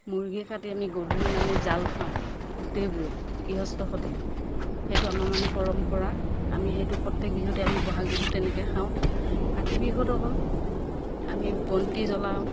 মুৰ্গী কাটি আমি গধূলি মানে জাল খাওঁ গোটেইবোৰে গৃহস্থহঁতি সেইটো আমাৰ মানে পৰম্পৰা আমি গোটেই বিহুতে আমি বহাগ বিহুত তেনেকৈ খাওঁ কাটি বিহুত আক আমি বন্তি জ্বলাওঁ